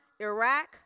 Iraq